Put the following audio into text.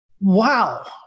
wow